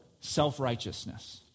self-righteousness